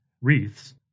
wreaths